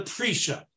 Prisha